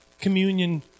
communion